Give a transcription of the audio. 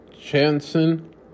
Chanson